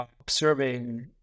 observing